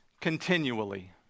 continually